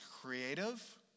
creative